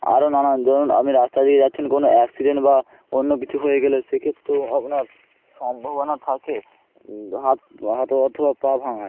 আরও নানান ধরুন আপনি রাস্তা দিয়ে যাচ্ছেন কোনো অ্যাক্সিডেন্ট বা অন্য কিছু হয়ে গেলে সে ক্ষেত্রেও হবার সম্ভাবনা থাকে হাত হাত অথবা পা ভাঙার